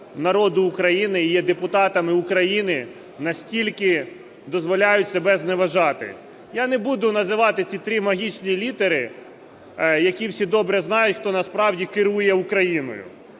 народу України і є депутатами України, настільки дозволяють себе зневажати. Я не буду називати ці три магічні літери, які всі добре знають, хто насправді керує Україною.